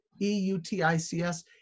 E-U-T-I-C-S